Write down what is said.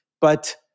But-